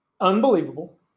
Unbelievable